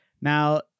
Now